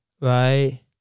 right